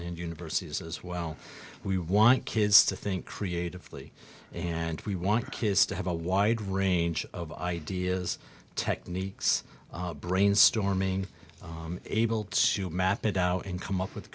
and universities as well we want kids to think creatively and we want kids to have a wide range of ideas techniques brainstorming able to map it out and come up with